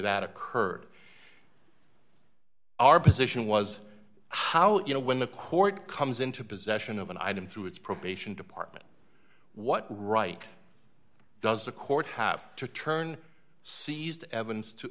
that occurred our position was how you know when the court comes into possession of an item through its probation department what right does the court have to turn seized evidence to